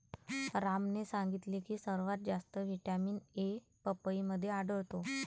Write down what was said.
रामने सांगितले की सर्वात जास्त व्हिटॅमिन ए पपईमध्ये आढळतो